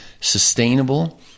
sustainable